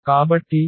కాబట్టి T Ax